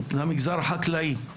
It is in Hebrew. זה המגזר החקלאי,